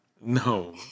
No